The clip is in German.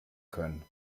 können